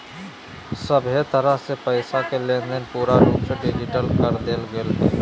सभहे तरह से पैसा के लेनदेन पूरा रूप से डिजिटल कर देवल गेलय हें